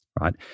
right